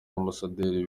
ambasaderi